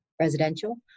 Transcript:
Residential